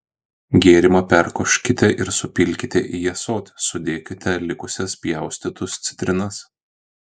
gėrimą perkoškite ir supilkite į ąsotį sudėkite likusias pjaustytus citrinas